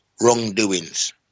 wrongdoings